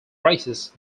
races